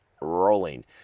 rolling